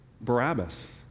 Barabbas